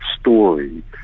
story